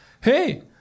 hey